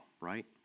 right